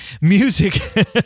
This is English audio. Music